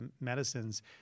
medicines